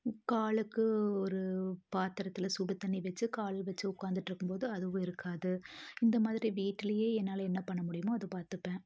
காலுக்கு ஒரு பாத்திரத்துல சுடுதண்ணி வச்சு கால் வச்சு உக்காந்துட்டு இருக்கும் போது அதுவும் இருக்காது இந்தமாதிரி வீட்லேயே என்னால் என்ன பண்ண முடியுமோ அது பார்த்துப்பேன்